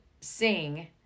sing